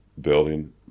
building